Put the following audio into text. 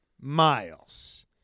miles